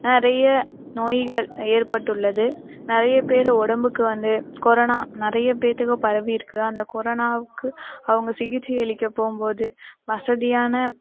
நிறைய நோய்கள் ஏற்பட்டுள்ளது நிறைய பேர் உடம்புக்கு வந்து கொரோனா நிறைய பேருத்துக்கு பரவியிருக்குது அந்த கொரோனாவுக்கு அவங்க சிகிச்சை அளிக்க போகும் போது வசதியான